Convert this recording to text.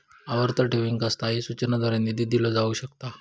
आवर्ती ठेवींका स्थायी सूचनांद्वारे निधी दिलो जाऊ शकता